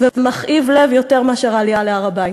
ומכאיב לב יותר מאשר העלייה להר-הבית.